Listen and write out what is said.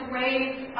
raise